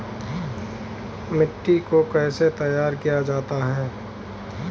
मिट्टी को कैसे तैयार किया जाता है?